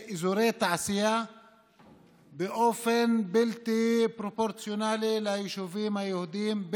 ואזורי תעשייה באופן בלתי פרופורציונלי ליישובים היהודיים,